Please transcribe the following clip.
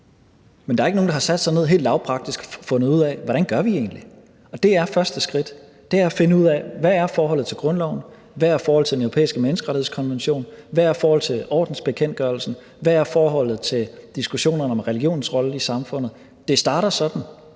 men der er ikke nogen, der har sat sig ned og helt lavpraktisk fundet ud af, hvordan vi egentlig gør. Og det er første skridt – det er at finde ud af, hvad forholdet til grundloven er, hvad forholdet til Den Europæiske Menneskerettighedskonvention er, hvad forholdet til ordensbekendtgørelsen er, hvad forholdet til diskussionerne om religionens rolle i samfundet er. Det er sådan,